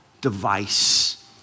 device